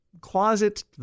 closet